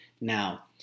Now